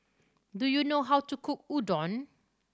do you know how to cook Udon